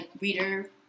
reader